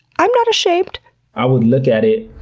i'm not ashamed! i would look at it